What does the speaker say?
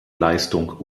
leistung